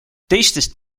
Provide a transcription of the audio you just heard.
teistest